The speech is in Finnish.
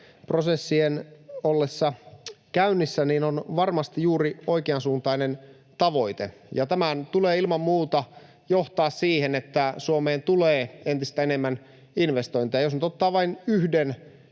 prosessien ollessa käynnissä, ovat varmasti juuri oikeansuuntainen tavoite, ja tämän tulee ilman muuta johtaa siihen, että Suomeen tulee entistä enemmän investointeja. Jos nyt ottaa vain yhden